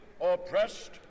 oppressed